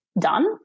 done